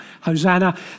Hosanna